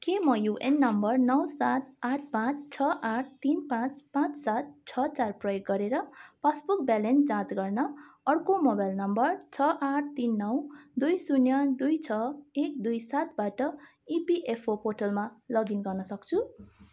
के म UAN number नौ सात आठ पाँच छ आठ तिन पाँच पाँच सात छ चार प्रयोग गरेर पासबुक ब्यालेन्स जाँच गर्न अर्को मोबाइल नम्बर छ आठ तिन नौ दुई शून्य दुई छ एक दुई सातबाट इपिएफओ पोर्टलमा लगइन गर्न सक्छु